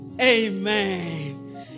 amen